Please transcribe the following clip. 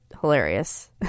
hilarious